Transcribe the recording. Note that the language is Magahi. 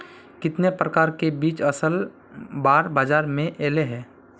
कितने प्रकार के बीज असल बार बाजार में ऐले है?